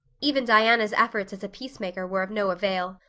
even diana's efforts as a peacemaker were of no avail.